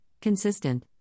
consistent